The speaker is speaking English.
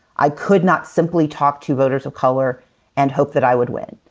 i could not simply talk to voters of color and hope that i would win.